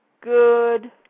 good